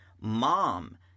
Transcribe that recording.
mom